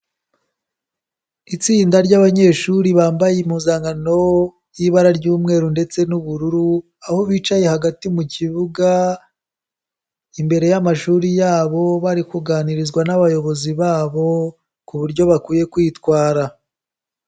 Itsinda ry'abanyeshuri bambaye impuzankano, y'ibara ry'umweru ndetse n'ubururu, aho bicaye hagati mu kibuga, imbere y'amashuri yabo bari kuganirizwa n'abayobozi babo, ku buryo bakwiye kwitwara.